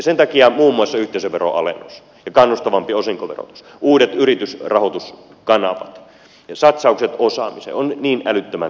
sen takia muun muassa yhteisöveroalennus ja kannustavampi osinkoverotus uudet yritysrahoituskanavat ja satsaukset osaamiseen ovat niin älyttömän tärkeitä